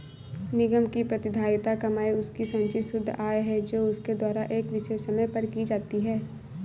निगम की प्रतिधारित कमाई उसकी संचित शुद्ध आय है जो उसके द्वारा एक विशेष समय पर की जाती है